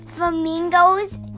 Flamingos